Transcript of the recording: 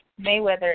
Mayweather